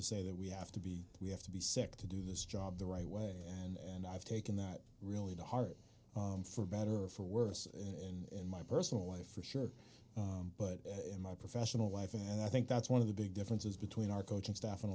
to say that we have to be we have to be sick to do this job the right way and i've taken that really to heart for better or for worse in my personal life for sure but in my professional life and i think that's one of the big differences between our coaching staff